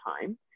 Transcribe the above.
time